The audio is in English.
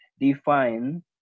define